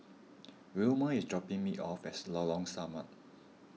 Wilma is dropping me off at Lorong Samak